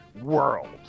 world